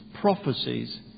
prophecies